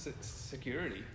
security